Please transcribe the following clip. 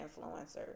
influencers